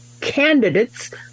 candidates